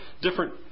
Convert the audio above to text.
different